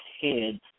head